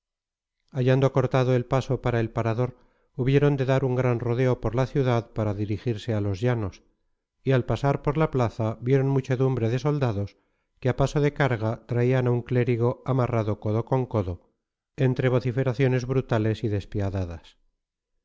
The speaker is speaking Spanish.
castillo hallando cortado el paso para el parador hubieron de dar un gran rodeo por la ciudad para dirigirse a los llanos y al pasar por la plaza vieron muchedumbre de soldados que a paso de carga traían a un clérigo amarrado codo con codo entre vociferaciones brutales y despiadadas